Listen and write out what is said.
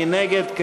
מי נגד?